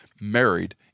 married